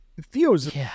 Theo's